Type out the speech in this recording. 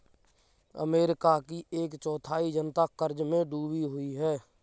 America की एक चौथाई जनता क़र्ज़ में डूबी हुई है